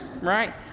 right